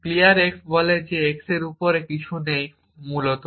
clear x বলে যে x এর উপরে কিছুই নেই মূলত